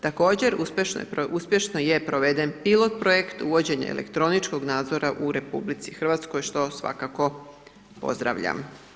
Također uspješno je proveden pilot projekt, uvođenje elektroničkog nadzora u RH što svakako pozdravljam.